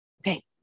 Okay